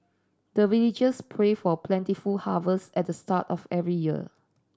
the villagers pray for plentiful harvest at the start of every year